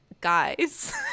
guys